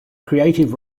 creative